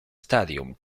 stadium